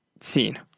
scene